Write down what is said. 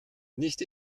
nicht